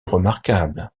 remarquable